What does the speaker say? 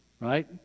Right